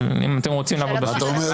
אבל אם אתם רוצים לעבוד --- מה אתה אומר?